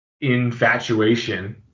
infatuation